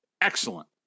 excellent